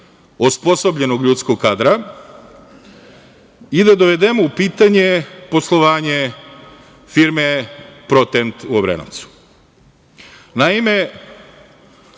osposobljenog ljudskog kadra i da dovedemo u pitanje poslovanje firme „Pro Tent“ u Obrenovcu. Naime,